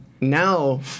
now